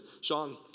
Sean